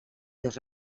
dos